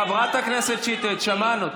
חברת הכנסת שטרית, רק שנייה.